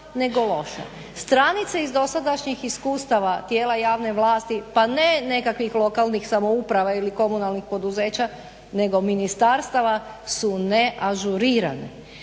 nego loša. Stranice iz dosadašnjih iskustava tijela javne vlasti, pa ne nekakvih lokalnih samouprava ili komunalnih poduzeća, nego ministarstava su neažurirane,